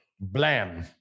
Blam